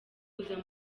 kuza